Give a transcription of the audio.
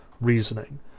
reasoning